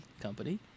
company